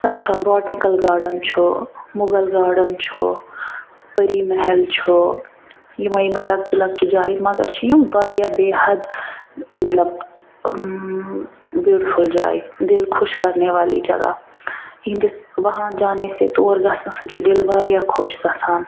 آچھا botanical garden چھُ Mughal garden چھُ پری محل چھُ یمٔے یمٔے لۄکچہِ لۄکچہِ جایہِ مگر چھِ یِم واریاہ بے حد مطلب بیٛوٹِفٕل جایہِ دِل خوش کرنے والی جگہ یہنٛدِس وہاں جانے سے تور گژھہٕ نہٕ سۭتۍ چھُ دِل واریاہ خۄش گژھان